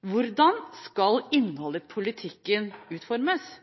Hvordan skal innholdet i politikken utformes?